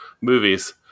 movies